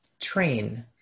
train